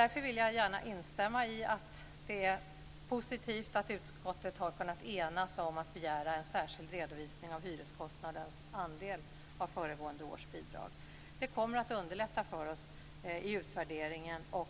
Därför vill jag gärna instämma i att det är positivt att utskottet har kunnat enas om att begära en särskild redovisning av hyreskostnadens andel av föregående års bidrag. Det kommer att underlätta för oss i utvärderingen och